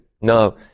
No